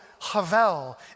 havel